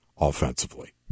offensively